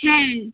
হ্যাঁ